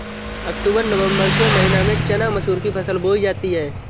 अक्टूबर नवम्बर के महीना में चना मसूर की फसल बोई जाती है?